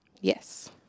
Yes